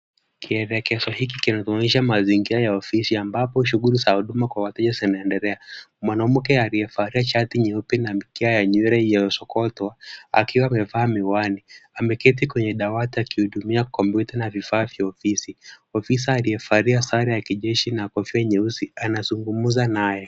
Kielekezo hiki kinatuonyesha mazingira ya ofisi ambapo shughuli za huduma kwa wateja zinaendelea. Mwanamke aliyevalia shati nyeupe na mkia ya nywele iliyo sokotwa akiwa amevaa miwani. Ameketi kwenye dawati akihudumia kompyuta na vifaa vya ofisi. Ofisa aliyevalia sare ya kijeshi na kofia nyeusi anazungumza naye.